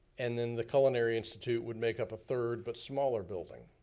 and then the culinary institute would make up a third but smaller building.